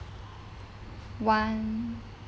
one